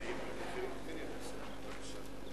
בבקשה.